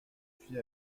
suis